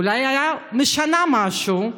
אולי הייתה משנה משהו.